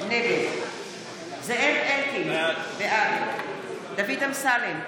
נגד זאב אלקין, בעד דוד אמסלם,